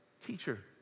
Teacher